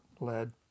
Led